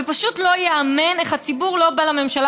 ופשוט לא ייאמן איך הציבור לא בא לממשלה